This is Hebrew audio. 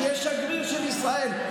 שיהיה שגריר של ישראל.